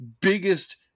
biggest